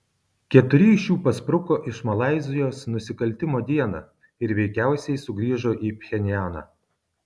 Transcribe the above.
keturi iš jų paspruko iš malaizijos nusikaltimo dieną ir veikiausiai sugrįžo į pchenjaną